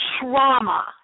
trauma